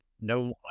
no